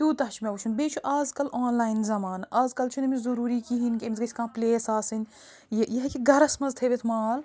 تیوتاہ چھُ مےٚ وُچھن بیٚیہِ چھُ آز کل آنلایَن زمانہٕ آز کل چھِنہٕ أمِس ضُروری کِہیٖنۍ کہِ أمس گَژھِ کانٛہہ پِلیس آسٕنۍ یہِ ہیٚکہِ گَرس منٛز تھٲوِتھ مال